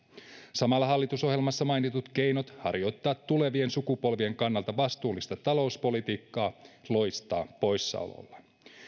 samalla hallitusohjelmassa mainitut keinot harjoittaa tulevien sukupolvien kannalta vastuullista talouspolitiikkaa loistavat poissaolollaan